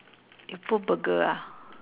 you put burger ah